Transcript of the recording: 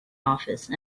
office